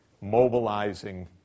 mobilizing